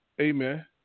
amen